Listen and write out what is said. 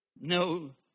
no